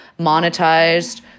monetized